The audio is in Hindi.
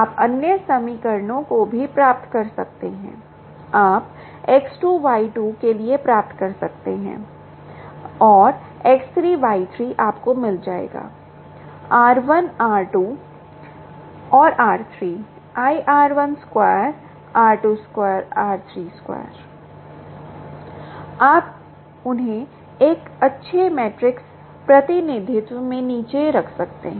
आप अन्य समीकरणों को भी प्राप्त कर सकते हैं आप X2 Y2 के लिए प्राप्त कर सकते हैं और X3 Y3 आपको मिल जाएगा r1 r2 और r3 I r12 r22 r32 आप उन्हें एक अच्छे मैट्रिक्स प्रतिनिधित्व में नीचे रख सकते हैं